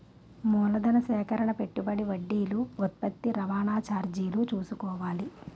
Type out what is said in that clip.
మూలధన సేకరణ పెట్టుబడి వడ్డీలు ఉత్పత్తి రవాణా చార్జీలు చూసుకోవాలి